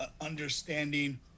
understanding